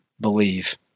believe